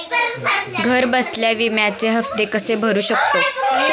घरबसल्या विम्याचे हफ्ते कसे भरू शकतो?